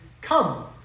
come